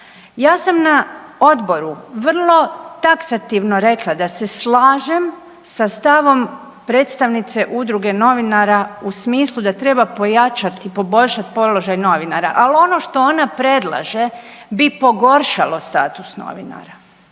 Ja sam na Odboru vrlo taksativno rekla da se slažem sa stavom predstavnice Udruge novinara u smislu da treba pojačati, poboljšati položaj novinara. Ali ono što ona predlaže bi pogoršalo status novinara